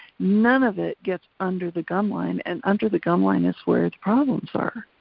none of it gets under the gumline, and under the gumline is where its problems are.